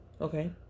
Okay